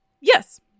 Yes